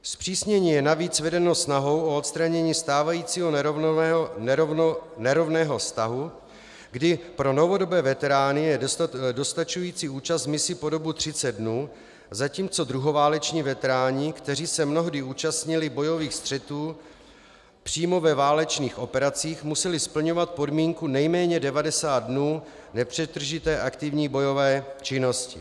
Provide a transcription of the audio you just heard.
Zpřísnění je navíc vedeno snahou o odstranění stávajícího nerovného stavu, kdy pro novodobé veterány je dostačující účast v misi po dobu 30 dnů, zatímco druhováleční veteráni, kteří se mnohdy účastnili bojových střetů přímo ve válečných operacích, museli splňovat podmínku nejméně 90 dnů nepřetržité aktivní bojové činnosti.